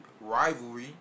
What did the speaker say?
rivalry